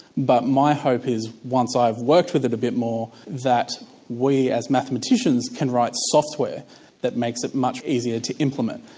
but my hope is once i've worked with it a bit more, that we as mathematicians can write software that makes it much easier to implement.